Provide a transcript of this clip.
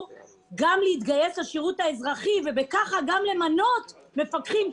להתגייס לשירות האזרחי וכך גם למנות מפקחים,